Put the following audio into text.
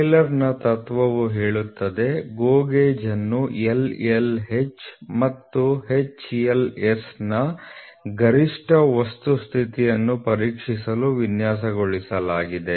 ಟೇಲರ್ನ ತತ್ವವು ಹೇಳುತ್ತದೆ GO ಗೇಜ್ ಅನ್ನು LLH ಮತ್ತು HLS ನ ಗರಿಷ್ಠ ವಸ್ತು ಸ್ಥಿತಿಯನ್ನು ಪರೀಕ್ಷಿಸಲು ವಿನ್ಯಾಸಗೊಳಿಸಲಾಗಿದೆ